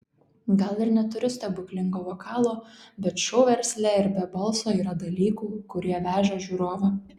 gal ir neturiu stebuklingo vokalo bet šou versle ir be balso yra dalykų kurie veža žiūrovą